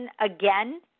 again